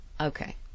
okay